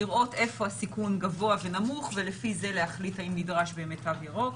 לראות איפה הסיכון גבוה ונמוך ולפי זה להחליט אם נדרש באמת תו ירוק.